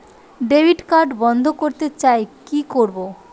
Debit card বন্ধ করতে চাই কি করব?